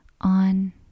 on